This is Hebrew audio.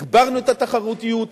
הגברנו את התחרותיות,